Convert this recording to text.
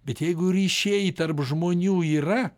bet jeigu ryšiai tarp žmonių yra